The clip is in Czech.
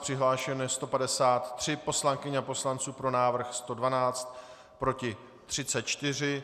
Přihlášeno je 153 poslankyň a poslanců, pro návrh 112, proti 34.